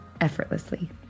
effortlessly